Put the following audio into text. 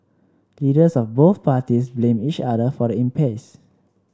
leaders of both parties blamed each other for the impasse